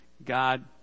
God